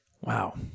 Wow